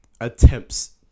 attempts